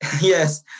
Yes